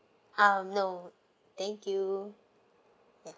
um no thank you ya